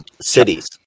cities